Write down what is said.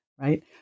right